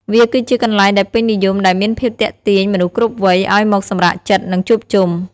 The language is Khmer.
វាគឺជាកន្លែងដែលពេញនិយមដែលមានភាពទាក់ទាញមនុស្សគ្រប់វ័យ ឱ្យមកសម្រាកចិត្ត និងជួបជុំ។